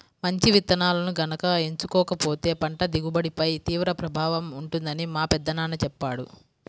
మంచి విత్తనాలను గనక ఎంచుకోకపోతే పంట దిగుబడిపై తీవ్ర ప్రభావం ఉంటుందని మా పెదనాన్న చెప్పాడు